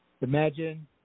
Imagine